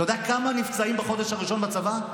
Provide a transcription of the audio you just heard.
אתה יודע כמה נפצעים בחודש הראשון בצבא?